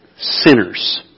sinners